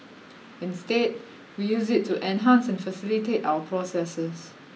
instead we use it to enhance and facilitate our processes